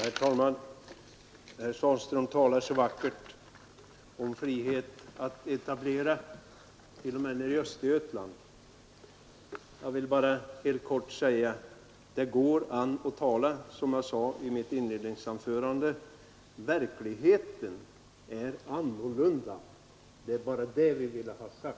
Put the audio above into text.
Herr talman! Herr Svanström talar så vackert om frihet att etablera t.o.m. nere i Östergötland. Som jag sade i mitt inledningsanförande: det går an att tala — verkligheten är annorlunda. Det är bara det jag vill ha sagt.